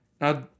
Now